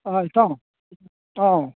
ꯑꯥ ꯏꯇꯥꯎ ꯑꯥꯎ